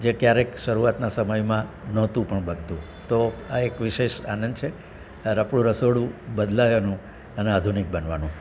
જે ક્યારેક શરૂઆતના સમયમાં નહોતું પણ બનતું તો આ એક વિશેષ આનંદ છે આ આપણું રસોડું બદલાયાનું અને આધુનિક બનવાનું